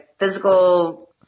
Physical